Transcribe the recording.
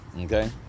Okay